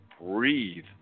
breathe